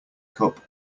cup